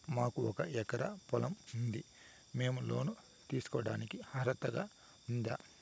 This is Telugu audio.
మాకు ఒక ఎకరా పొలం ఉంది మేము లోను తీసుకోడానికి అర్హత ఉందా